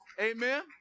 Amen